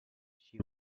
she